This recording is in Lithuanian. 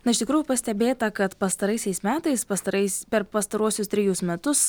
na iš tikrųjų pastebėta kad pastaraisiais metais pastarais per pastaruosius trejus metus